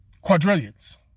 Quadrillions